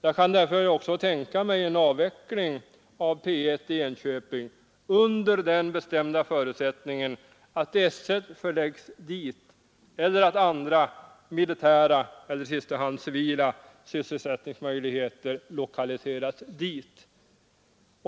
Jag kan därför tänka mig en avveckling av P 1 i Enköping under den bestämda förutsättningen att S 1 förläggs dit eller att andra militära eller, i sista hand, civila sysselsättningsmöjligheter lokaliseras dit.